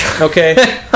Okay